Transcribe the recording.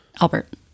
Albert